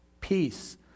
peace